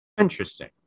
interesting